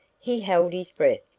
he held his breath,